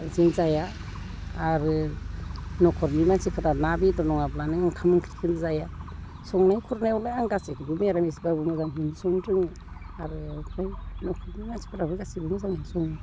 जों जाया आरो न'खरनि मानसिफोरा ना बेदर नङाब्लानो ओंखाम ओंख्रिखो जाया संनाय खुरनायावलाय आं गासैखोबो मिरामिसब्लाबो मोजांखोनो संनो रोंगौ आरो न'खरनि मानसिफोराबो गासैबो मोजाङै सङो